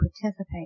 participate